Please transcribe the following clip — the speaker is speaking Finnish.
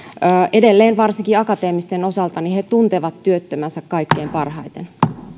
edelleen varsinkin akateemisten osalta he tuntevat työttömänsä kaikkein parhaiten